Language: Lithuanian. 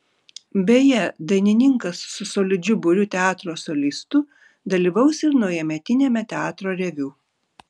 beje dainininkas su solidžiu būriu teatro solistų dalyvaus ir naujametiniame teatro reviu